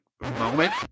moment